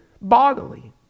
bodily